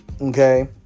Okay